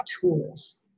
tools